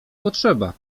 potrzeba